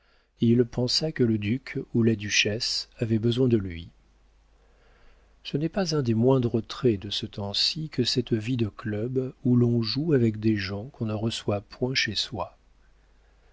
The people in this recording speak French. il pensa que le duc ou la duchesse avaient besoin de lui ce n'est pas un des moindres traits de ce temps-ci que cette vie de club où l'on joue avec des gens qu'on ne reçoit point chez soi